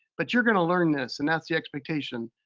but you're gonna learn this and that's the expectation.